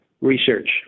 research